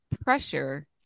pressure